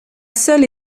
seule